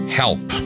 help